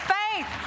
faith